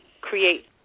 create